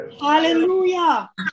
Hallelujah